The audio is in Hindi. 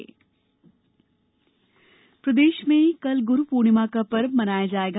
गुरू पूर्णिमा प्रदेश में कल गुरू पूर्णिमा का पर्व मनाया जाएगा